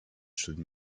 should